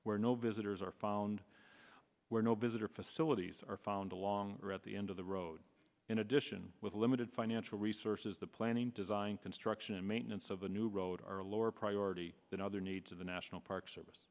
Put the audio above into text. where no visitors are found where no visitor facilities are found along or at the end of the road in addition with limited financial resources the planning design construction and maintenance of a new road are lower priority than other needs of the national park service